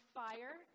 fire